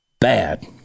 bad